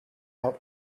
out